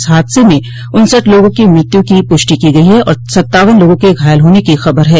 इस हादसे में उनसठ लोंगों की मृत्यु की पुष्टि की गयी है और सत्तावन लोगों के घायल होने की खबर है